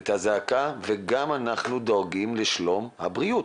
ואת הזעקה וגם אנחנו דואגים לשלום הבריאות,